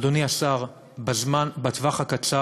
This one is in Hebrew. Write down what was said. אדוני השר, בטווח הקצר,